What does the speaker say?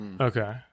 Okay